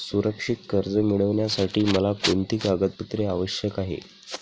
सुरक्षित कर्ज मिळविण्यासाठी मला कोणती कागदपत्रे आवश्यक आहेत